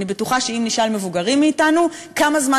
אני בטוחה שאם נשאל מבוגרים מאתנו כמה זמן